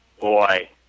Boy